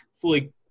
fully